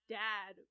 dad